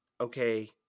okay